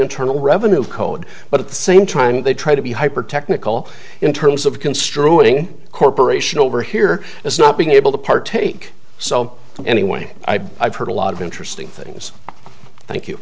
internal revenue code but at the same time they try to be hyper technical in terms of construing corporation over here as not being able to partake so anyway i've heard a lot of interesting things thank you